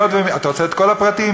אתה רוצה את כל הפרטים?